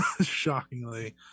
Shockingly